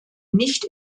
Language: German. nicht